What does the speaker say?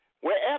Wherever